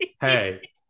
Hey